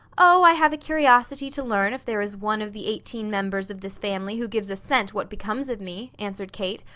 oh, i have a curiosity to learn if there is one of the eighteen members of this family who gives a cent what becomes of me! answered kate,